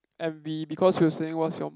envy because he was saying what's your